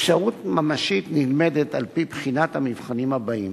אפשרות ממשית נלמדת על-פי בחינת המבחנים הבאים: